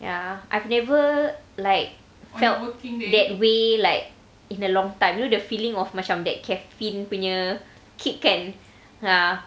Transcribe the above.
ya I've never like felt looking that way like in a long time you know the feeling of macam that caffeine punya kan